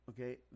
Okay